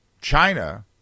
China